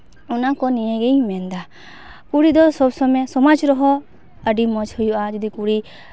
ᱚᱱᱟ ᱠᱚ ᱱᱤᱭᱮ ᱜᱮᱧ ᱢᱮᱱᱫᱟ ᱠᱩᱲᱤ ᱫᱚ ᱥᱚᱵ ᱥᱚᱢᱚᱭ ᱥᱚᱢᱟᱡᱽ ᱨᱮᱦᱚᱸ ᱟᱹᱰᱤ ᱢᱚᱡᱽ ᱦᱩᱭᱩᱜᱼᱟ ᱡᱩᱫᱤ ᱠᱩᱲᱤ